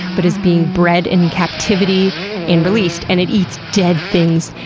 but is being bred in captivity and released, and it eats dead things,